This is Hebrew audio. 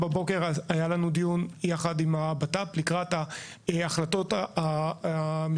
עשיתי בדיקה לגבי התוכניות הכוללניות.